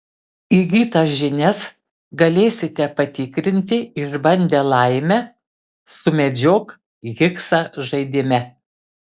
įgytas žinias galėsite patikrinti išbandę laimę sumedžiok higsą žaidime